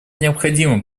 необходимым